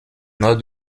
nord